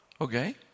Okay